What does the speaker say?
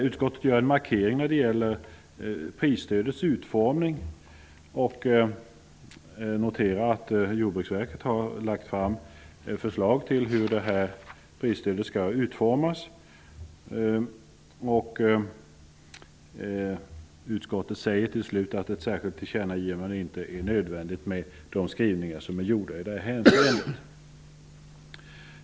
Utskottet gör en markering när det gäller prisstödets utformning och noterar att Jordbruksverket har lagt fram förslag till hur prisstödet skall utformas. Utskottet säger slutligen att ett särskilt tillkännagivande inte är nödvändigt med de skrivningar som är gjorda i detta hänseende.